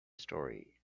story